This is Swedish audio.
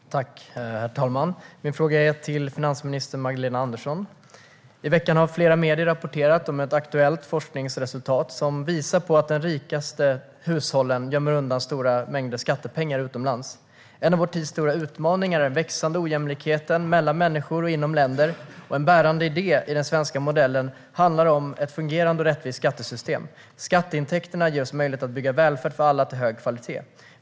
Herr talman! Jag riktar min fråga till finansminister Magdalena Andersson. I veckan har flera medier rapporterat om ett aktuellt forskningsresultat som visar att de rikaste hushållen gömmer undan stora mängder skattepengar utomlands. En av vår tids stora utmaningar är den växande ojämlikheten mellan människor och inom länder. En bärande idé i den svenska modellen handlar om ett fungerande och rättvist skattesystem. Skatteintäkterna ger oss möjlighet att bygga välfärd av hög kvalitet för alla.